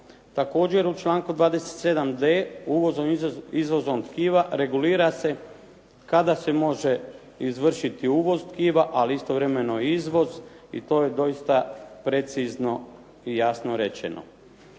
Također u članku 27.d uvozom i izvozom tkiva regulira se kada se može izvršiti uvoz tkiva, ali istovremeno i izvoz i to je doista precizno i jasno rečeno.